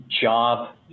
job